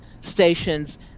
stations